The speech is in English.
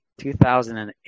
2008